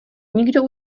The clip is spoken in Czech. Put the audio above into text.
nikdo